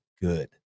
good